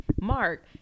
Mark